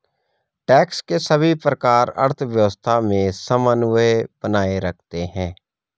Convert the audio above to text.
tax के सभी प्रकार अर्थव्यवस्था में समन्वय बनाए रखते हैं